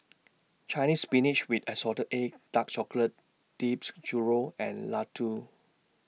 Chinese Spinach with Assorted Eggs Dark Chocolate Dipped Churro and Laddu